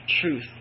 truth